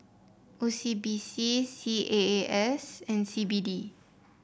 O CB C C A A S and C B D